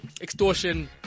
Extortion